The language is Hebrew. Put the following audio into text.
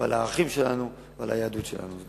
על הערכים שלנו ועל היהדות שלנו.